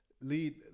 lead